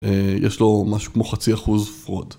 יש לו משהו כמו חצי אחוז פרוט.